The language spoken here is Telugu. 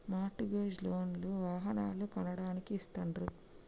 మార్ట్ గేజ్ లోన్ లు వాహనాలను కొనడానికి ఇస్తాండ్రు